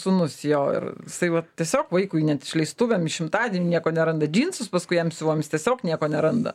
sūnus jo ir jisai va tiesiog vaikui net išleistuvėm į šimtadienį nieko neranda džinsus paskui jam siuvom jis tiesiog nieko neranda